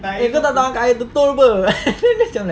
eh kau tak tahu angkat air betul-betul [pe] dia macam like